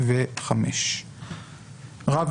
"רב אזורי"